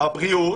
הבריאות